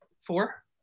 Four